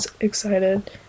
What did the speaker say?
excited